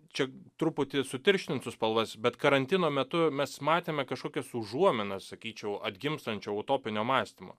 čia truputį sutirštinu spalvas bet karantino metu mes matėme kažkokias užuominas sakyčiau atgimstančio utopinio mąstymo